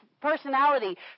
personality